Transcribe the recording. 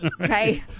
Okay